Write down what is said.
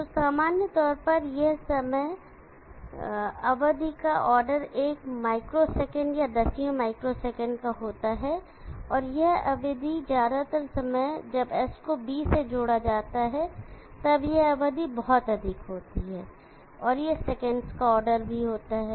तो सामान्य तौर पर यह समय अवधि का ऑर्डर एक माइक्रो सेकंड या दसियों माइक्रो सेकेंड का होता है और यह अवधि ज्यादातर समय जब S को B से जोड़ा जाता है तब यह अवधि बहुत अधिक होती है यह सेकंडस का ऑर्डर भी होता है